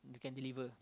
you can deliver